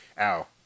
Ow